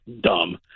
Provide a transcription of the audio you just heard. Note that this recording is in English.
dumb